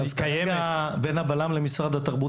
כרגע זה בין המשרד לביטחון לאומי למשרד התרבות